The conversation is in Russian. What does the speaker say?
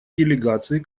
делегации